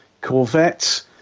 Corvette